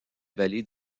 vallée